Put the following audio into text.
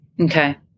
Okay